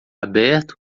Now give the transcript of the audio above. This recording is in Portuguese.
aberto